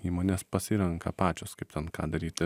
įmonės pasirenka pačios kaip ten ką daryt